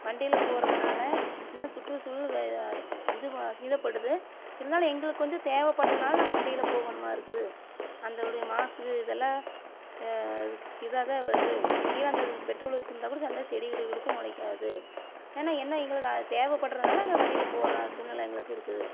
வண்டியில் போறதனால இன்னும் சுற்றுசூழல் இது சேதப்படுது இருந்தாலும் எங்களுக்கு கொஞ்சம் தேவைப்படுதுனால நாங்கள் வண்டியியில் போகணுமா இருக்குது அந்த உடைய மாசு இதெல்லாம் இருக்கு இதாக தான் வருது இது கீழே அந்த பெட்ரோல் ஊற்றி இருந்தால் கூட செடி கொடி கூடக்கு முளைக்காது ஏன்னா என்ன எங்களுக்கு அது தேவைப்பட்றதுனால நாங்கள் வண்டியில் போகிறோம் சூழ்நெலை எங்களுக்கு இருக்கு